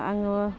आङो